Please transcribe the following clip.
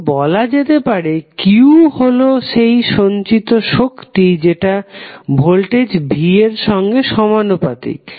তো বলা যেতে পারে q হলো সেই সঞ্চিত শক্তি যেটা ভোল্টেজ v এর সঙ্গে সমানুপাতিক